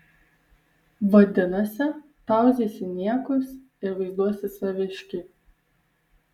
vadinasi tauzysi niekus ir vaizduosi saviškį